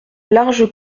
large